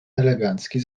elegancki